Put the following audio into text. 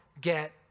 get